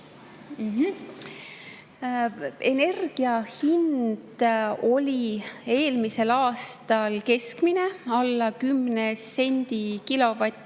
Energia hind oli eelmisel aastal keskmine, alla 10 sendi kilovati